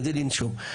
כדי לנשום.